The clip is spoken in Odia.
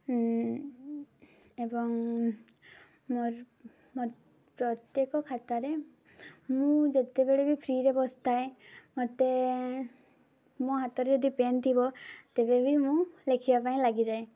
ଏବଂ ମୋର ମୋ ପ୍ରତ୍ୟେକ ଖାତାରେ ମୁଁ ଯେତେବେଳେ ବି ଫ୍ରିରେ ବସିଥାଏ ମତେ ମୋ ହାତରେ ଯଦି ପେନ୍ ଥିବ ତେବେ ବି ମୁଁ ଲେଖିବା ପାଇଁ ଲାଗିଯାଏ